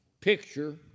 picture